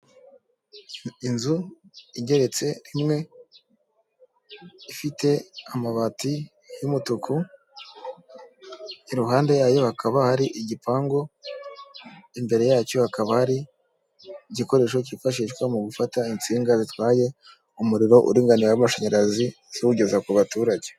Inzu igeretse rimwe, ifite amabati y'umutuku, iruhande yayo hakaba hari igipangu, imbere yacyo hakaba ari igikoresho cyifashishwa mu gufata insinga zitwaye umuriro uringaniye w'amashanyarazi, ziwugeza ku baturage.